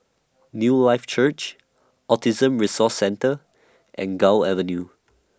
Newlife Church Autism Resource Centre and Gul Avenue